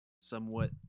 Somewhat